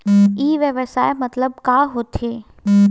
ई व्यवसाय मतलब का होथे?